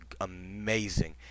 amazing